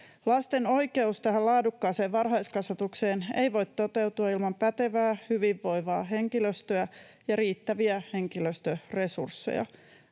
Lasten oikeus tähän laadukkaaseen varhaiskasvatukseen ei voi toteutua ilman pätevää, hyvinvoivaa henkilöstöä ja riittäviä henkilöstöresursseja.